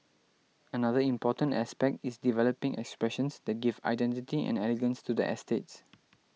another important aspect is developing expressions that give identity and elegance to the estates